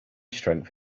strength